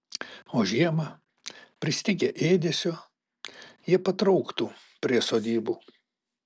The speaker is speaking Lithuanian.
o žiemą pristigę ėdesio jie patrauktų prie sodybų